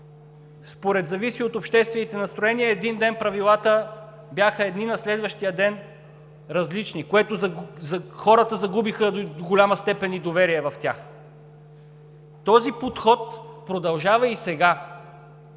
според зависи от обществените настроения един ден правилата бяха едни, на следващия ден различни. Хората загубиха до голяма степен и доверие в тях. Този подход продължава и сега.